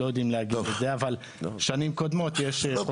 יודעים להגיד את זה אבל בשנים הקודמות יש חוסר ניצול.